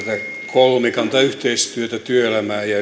kolmikantayhteistyötä työelämää ja